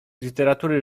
literatury